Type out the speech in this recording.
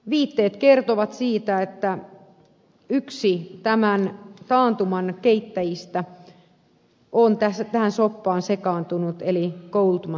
viitteet kertovat siitä että yksi tämän taantuman keittäjistä on tähän soppaan sekaantunut eli goldman sachs